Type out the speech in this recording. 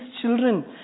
children